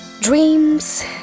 Dreams